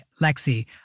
Lexi